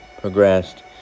progressed